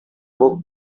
book